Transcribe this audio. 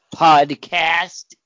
podcast